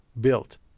built